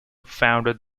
founded